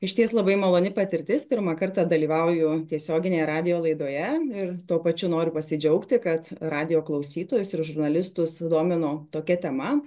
išties labai maloni patirtis pirmą kartą dalyvauju tiesioginėje radijo laidoje ir tuo pačiu noriu pasidžiaugti kad radijo klausytojus ir žurnalistus sudomino tokia tema